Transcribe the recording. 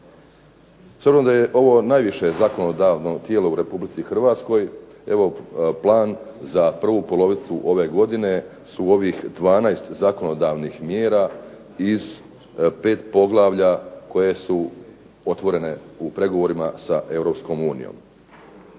obzirom da je ovo najviše zakonodavno tijelu u Republici Hrvatskoj evo plan za prvu polovicu ove godine su ovih 12 zakonodavnih mjera iz pet poglavlja koje su otvorene u pregovorima sa Europskom unijom.